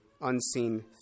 unseen